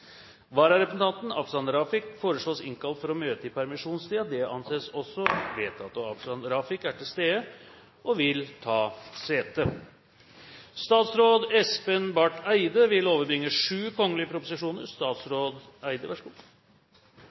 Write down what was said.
Vararepresentanten, Afshan Rafiq, foreslås innkalt for å møte i permisjonstiden. – Det anses også vedtatt. Afshan Rafiq er til stede og vil ta sete.